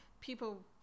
people